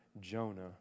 Jonah